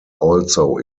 also